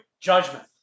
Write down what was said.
judgment